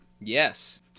Yes